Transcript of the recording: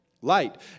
light